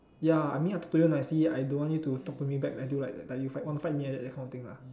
ya I mean I talk to you nicely I don't want you to talk to me back until like like you fight want fight me like that that kind of thing lah